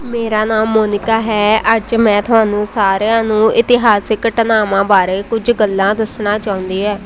ਮੇਰਾ ਨਾਮ ਮੋਨੀਕਾ ਹੈ ਅੱਜ ਮੈਂ ਤੁਹਾਨੂੰ ਸਾਰਿਆਂ ਨੂੰ ਇਤਿਹਾਸਿਕ ਘਟਨਾਵਾਂ ਬਾਰੇ ਕੁਝ ਗੱਲਾਂ ਦੱਸਣਾ ਚਾਹੁੰਦੀ ਹੈ